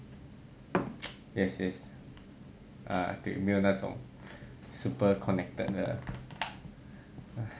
yes yes err 对没有那种 super connected 的